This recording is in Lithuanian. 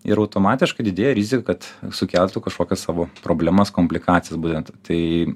ir automatiškai didėja rizika kad sukeltų kažkokias savo problemas komplikacijas būtent tai